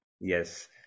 Yes